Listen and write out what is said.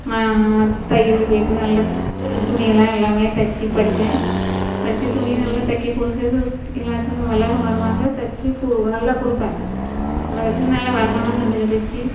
நான் தையல் போய்விட்டு நல்ல துணியெல்லாம் எல்லாமே தைச்சி படித்தேன் படித்து துணி நல்லா தைக்க கொடுக்குறது எல்லாத்துக்கும் எல்லாேரும் வருவாங்க தைச்சி குடுவ எல்லா கொடுப்பேன் நல்லா தைச்சி நல்லா வருமானமும் வந்துகிட்டு இருந்துச்சு